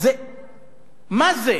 מה זה